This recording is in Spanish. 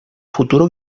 futuro